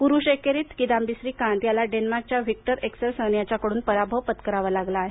पुरुष एकेरीत किदान्बी श्रीकांत याला डेन्मार्कच्या व्हिक्टर एक्सेलसन याच्याकडून पराभव पत्करावा लागला आहे